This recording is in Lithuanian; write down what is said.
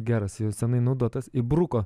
geras jau seniai naudotas įbruko